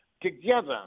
together